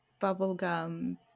bubblegum